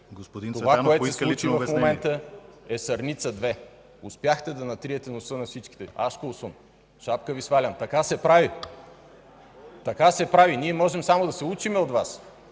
Това, което се случи в момента, е Сърница 2. Успяхте да натриете носа на всичките. Ашколсун! Шапка Ви свалям! Така се прави! Ние можем само да се учим от Вас